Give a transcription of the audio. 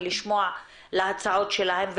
ולשמוע להצעות שלהם,